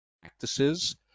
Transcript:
practices